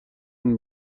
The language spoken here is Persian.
این